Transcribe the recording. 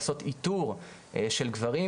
לעשות איתור של גברים,